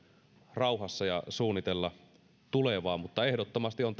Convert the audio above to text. rauhassa ja suunnitella tulevaa mutta ehdottomasti on